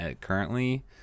currently